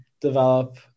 develop